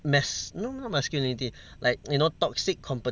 mas~ no not masculinity like you know toxic compet~